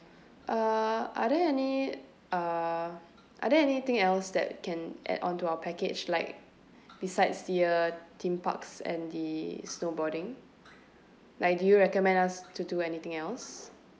uh are there any uh are there anything else that can add onto our package like besides the uh theme parks and the snowboarding like do you recommend us to do anything else